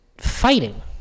Fighting